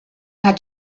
hat